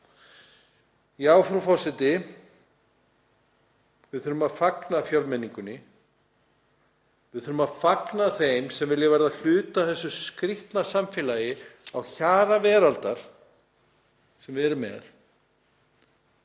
Frú forseti. Við þurfum að fagna fjölmenningunni. Við þurfum að fagna þeim sem vilja verða hluti af þessu skrýtna samfélagi á hjara veraldar sem við búum í.